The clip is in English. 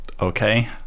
okay